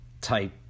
type